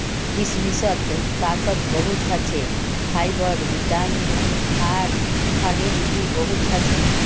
किशमिशत ताकत बहुत ह छे, फाइबर, विटामिन आर खनिज भी बहुत ह छे